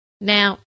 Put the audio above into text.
Now